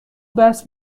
بحث